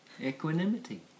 equanimity